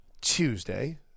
Tuesday